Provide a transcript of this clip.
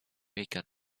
bacon